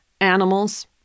animals